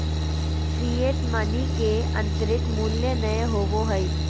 fiat money के आंतरिक मूल्य नय होबो हइ